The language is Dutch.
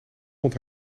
vond